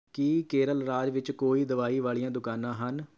ਕੀ ਕੇਰਲ ਰਾਜ ਵਿੱਚ ਕੋਈ ਦਵਾਈ ਵਾਲੀਆਂ ਦੁਕਾਨਾਂ ਹਨ